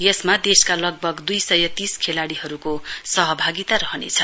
यस देशका लगभग दुई सय तीस खेलाडीहरूको सहभागिता रहनेछ